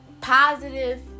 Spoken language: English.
positive